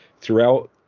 throughout